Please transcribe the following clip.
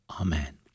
Amen